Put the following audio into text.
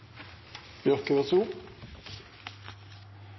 loven, vær så